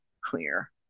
clear